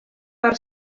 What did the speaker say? per